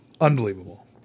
unbelievable